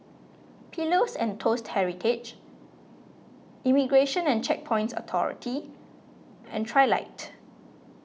Pillows and Toast Heritage Immigration and Checkpoints Authority and Trilight